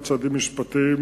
צה"ל.